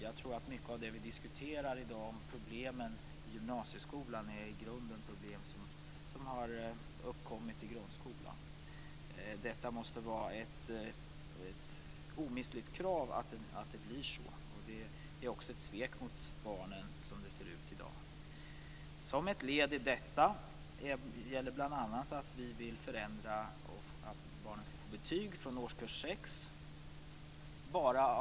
Jag tror att många av de problem i gymnasieskolan som vi diskuterar i dag i grunden är problem som har uppkommit i grundskolan. Det måste vara ett omistligt krav att det blir så. Som det ser ut i dag är det ett svek mot barnen. Som ett led i detta vill vi att barnen skall få betyg från årskurs sex.